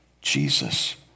Jesus